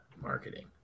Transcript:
marketing